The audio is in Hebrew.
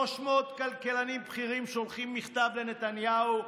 300 כלכלנים בכירים שולחים מכתב לנתניהו,